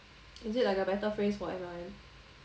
is it like a better phrase for M_L_M